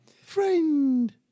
Friend